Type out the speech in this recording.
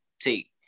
take